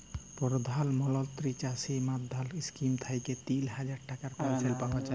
পরধাল মলত্রি চাষী মাল্ধাল ইস্কিম থ্যাইকে তিল হাজার টাকার পেলশল পাউয়া যায়